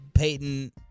Peyton